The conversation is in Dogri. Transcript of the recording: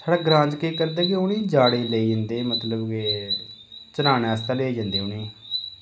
हर ग्रांऽ च केह् करदे के उ'नेंगी जाड़ें च लेई जंदे मतलब के चरानै आस्ते लेई जंदे उ'नेंगी